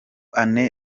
anne